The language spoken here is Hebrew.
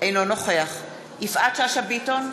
אינו נוכח יפעת שאשא ביטון,